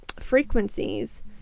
frequencies